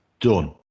done